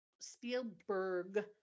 Spielberg